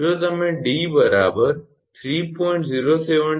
જો તમે 𝑑 3